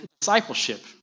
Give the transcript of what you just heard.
discipleship